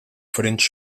frente